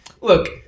look